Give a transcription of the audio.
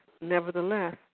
nevertheless